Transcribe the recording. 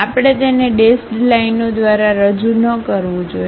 આપણે તેને ડેસ્ડ લાઇનો દ્વારા રજૂ ન કરવું જોઈએ